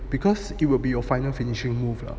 because it will be a final finishing move 了